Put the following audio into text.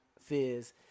Fizz